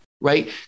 Right